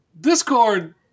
Discord